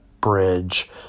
bridge